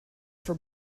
for